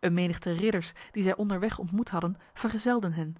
een menigte ridders die zij onderweg ontmoet hadden vergezelden hen